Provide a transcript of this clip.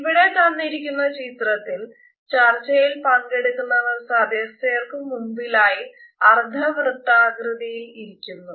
ഇവിടെ തന്നിരിക്കുന്ന ചിത്രത്തിൽ ചർച്ചയിൽ പങ്കെടുക്കുന്നവർ സദസ്യർക്കു മുമ്പിലായി അർദ്ധവൃത്താകൃതിയിൽ ഇരിക്കുന്നു